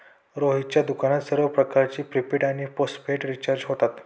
रोहितच्या दुकानात सर्व प्रकारचे प्रीपेड आणि पोस्टपेड रिचार्ज होतात